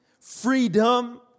freedom